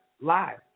live